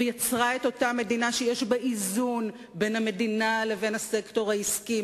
ויצרה את אותה מדינה שיש בה איזון בין המדינה לבין הסקטור העסקי,